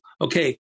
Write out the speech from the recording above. Okay